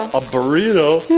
a burrito?